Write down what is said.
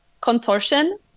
contortion